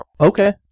Okay